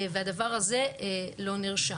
הדבר הזה לא נרשם.